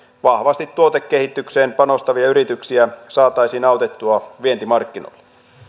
vahvasti tuotekehitykseen panostavia yrityksiä saataisiin autettua vientimarkkinoille